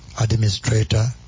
administrator